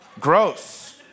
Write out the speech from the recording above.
gross